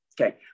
Okay